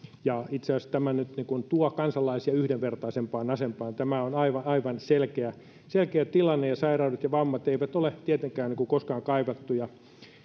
ja itse asiassa tämä nyt tuo kansalaisia yhdenvertaisempaan asemaan tämä on aivan aivan selkeä selkeä tilanne ja sairaudet ja vammat eivät ole tietenkään koskaan kaivattuja